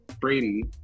Brady